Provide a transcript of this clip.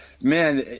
Man